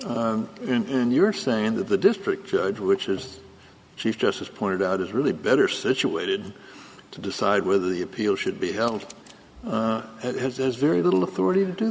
and you're saying that the district judge which is the chief justice pointed out is really better situated to decide whether the appeal should be held that has very little authority to do